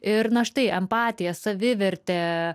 ir na štai empatija savivertė